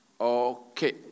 Okay